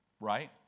Right